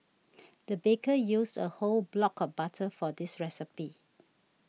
the baker used a whole block of butter for this recipe